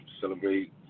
celebrate